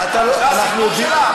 זה הסגנון שלה?